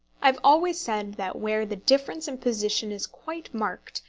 i have always said that where the difference in position is quite marked,